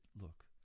look